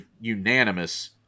unanimous